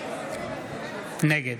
נגד